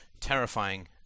terrifying